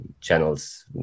channels